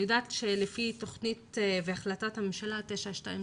אני יודעת שלפי החלטת הממשלה 922